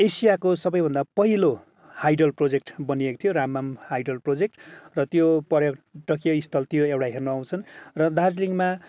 एसियाको सबैभन्दा पहिलो हाइडल प्रोजेक्ट बनिएको थियो रामभाङ हाइडल प्रोजेक्ट र त्यो पर्यटकीय स्थल त्यो एउटा हेर्न आउँछन् र दार्जिलिङमा